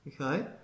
okay